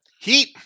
Heat